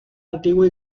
antigua